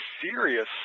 serious